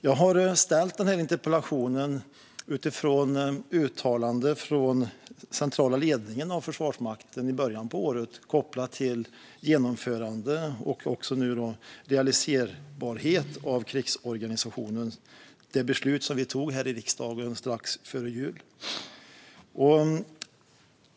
Jag har skrivit den här interpellationen utifrån uttalanden från Försvarsmaktens centrala ledning i början av året, kopplat till genomförandet och realiserbarheten när det gäller krigsorganisationen, alltså det beslut som vi tog här i riksdagen strax före jul.